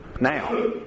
now